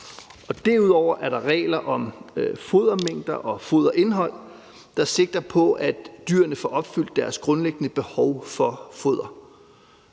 Derudover er der regler om fodermængder og foderindhold, der sigter på, at dyrene får opfyldt deres grundlæggende behov for foder.